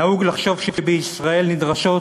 נהוג לחשוב שבישראל נדרשות